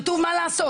כתוב מה לעשות,